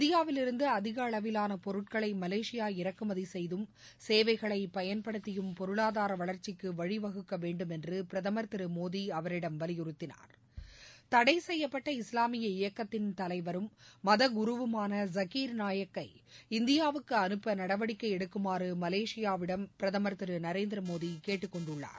இந்தியாவில் இருந்து அதிகளவிலான பொருட்களை மலேசியா இறக்குமதி செய்தும் சேவைகளை பயன்படுத்தியும் பொருளாதார வளர்ச்சிக்கு வழிவகுக்கவேண்டும் என்று பிரதமர் திரு மோடி அவரிடம் வலியுறுத்தினார் தடைச்செய்யப்பட்ட இஸ்லாமிய இயக்கத்தின் தலைவரும் மதகுருவுமான ஜாகிர் நாயக் ஐ இந்தியவுக்கு அனுப்ப நடவடிக்கை எடுக்குமாறு மலேஷியாவிடம் பிரதமர் திரு நரேந்திரமோடி கேட்டுக்கொண்டுள்ளார்